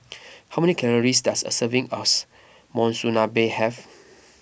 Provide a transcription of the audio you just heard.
how many calories does a serving us Monsunabe have